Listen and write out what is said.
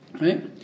right